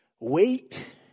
Wait